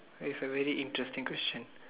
that's a very interesting question